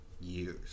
years